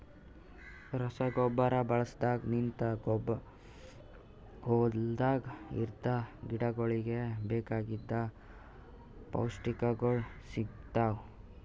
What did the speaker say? ರಸಗೊಬ್ಬರ ಬಳಸದ್ ಲಿಂತ್ ಹೊಲ್ದಾಗ ಇರದ್ ಗಿಡಗೋಳಿಗ್ ಬೇಕಾಗಿದ್ ಪೌಷ್ಟಿಕಗೊಳ್ ಸಿಗ್ತಾವ್